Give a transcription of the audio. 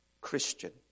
Christian